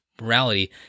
Morality